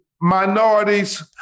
minorities